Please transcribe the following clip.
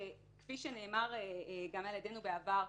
כפי שנאמר גם על ידינו בעבר,